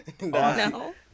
No